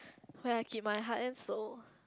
where I keep my heart and soul